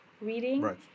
reading